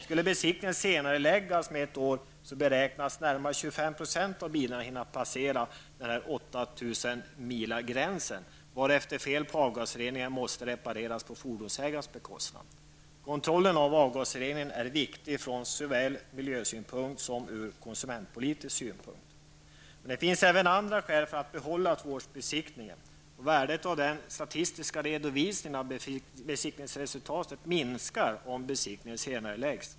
Skulle besiktningen senareläggas med ett år beräknas närmare 25 % av bilarna hinna passera gränsen 8 000 mil, varefter fel på avgasreningen måste repareras på fordonsägarnas bekostnad. Kontrollen av avgasreningen är viktig såväl från miljösynpunkt som från konsumentpolitisk synpunkt. Det finns även andra skäl för att bibehålla tvåårsbesiktningen. Värdet av den statistiska redovisningen av besiktningsresultatet minskar om besiktningen senareläggs.